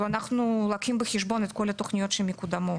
אנחנו לוקחים בחשבון את כל התוכניות המקודמות.